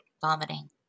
vomiting